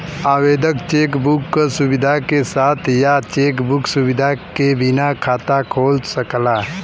आवेदक cheque book क सुविधा के साथ या चेक बुक सुविधा के बिना खाता खोल सकला